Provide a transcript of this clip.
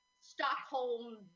Stockholm